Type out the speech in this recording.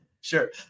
Sure